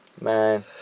Man